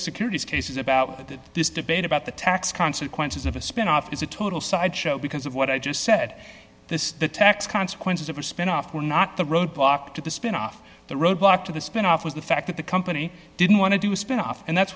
securities case is about that this debate about the tax consequences of a spinoff is a total sideshow because of what i just said this the tax consequences of a spinoff were not the roadblock to the spin off the roadblock to the spinoff was the fact that the company didn't want to do a spin off and that's